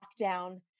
lockdown